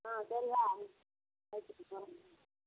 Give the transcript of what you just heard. ஆ சரியா அழச்சிட்டு போகறேன்